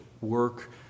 work